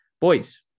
Boys